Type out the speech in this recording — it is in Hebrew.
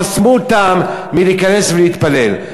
וחסמו אותן מלהיכנס ולהתפלל.